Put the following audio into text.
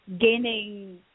gaining